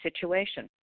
situation